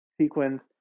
sequence